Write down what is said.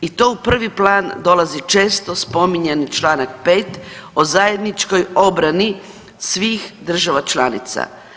I to u prvi plan dolazi često spominjani članak 5. o zajedničkoj obrani svih država članica.